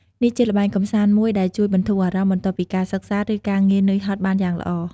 នេះជាល្បែងកម្សាន្តមួយដែលជួយបន្ធូរអារម្មណ៍ បន្ទាប់ពីការសិក្សា ឬការងារនឿយហត់បានយ៉ាងល្អ។